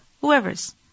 whoever's